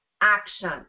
action